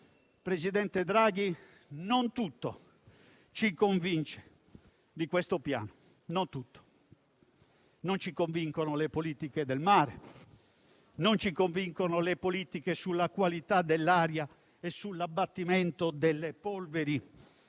presidente Draghi, non tutto ci convince di questo Piano; non ci convincono le politiche del mare, non ci convincono le politiche sulla qualità dell'aria e sull'abbattimento delle polveri